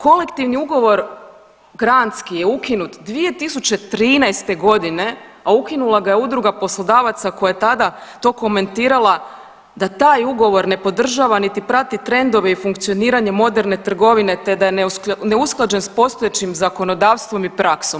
Kolektivni ugovor granski je ukinut 2013. godine, a ukinula ga je Udruga poslodavaca koja je tada to komentirala da taj ugovor ne podržava niti prati trendove i funkcioniranje moderne trgovine te da je neusklađen s postojećim zakonodavstvom i praksom.